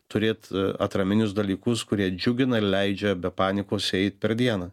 turėt atraminius dalykus kurie džiugina leidžia be panikos eit per dieną